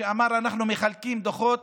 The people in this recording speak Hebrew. שאמר: אנחנו מחלקים דוחות